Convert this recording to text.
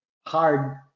hard